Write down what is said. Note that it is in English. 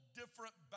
different